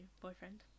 boyfriend